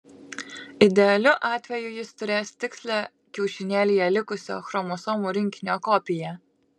idealiu atveju jis turės tikslią kiaušinėlyje likusio chromosomų rinkinio kopiją